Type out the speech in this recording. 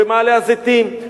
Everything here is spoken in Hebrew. במעלה-הזיתים,